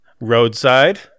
Roadside